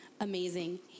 amazing